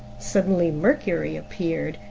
suddenly mercury appeared,